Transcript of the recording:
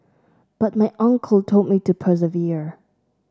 but my uncle told me to persevere